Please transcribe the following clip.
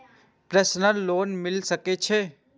Personal loan मिल सके छे?